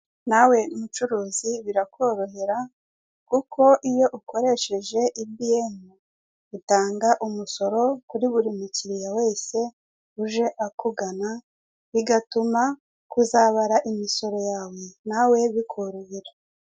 Nawe mucuruzo birakorohera kuko iyo ukoresheje ibiyemu utanga umusoro kuri buri mukiliya wese uje akugana bigatuma kuzabara imisoro yawe nawe bikorohera.